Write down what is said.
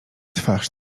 twarz